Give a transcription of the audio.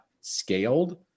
scaled